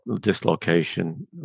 dislocation